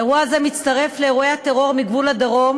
אירוע זה מצטרף לאירועי הטרור מגבול הדרום.